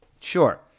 Sure